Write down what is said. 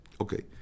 okay